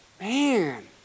Man